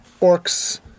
orcs